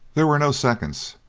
there were no seconds,